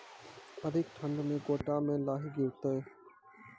अधिक ठंड मे गोटा मे लाही गिरते?